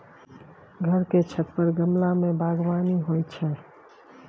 घर के छत पर गमला मे बगबानी होइ छै